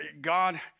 God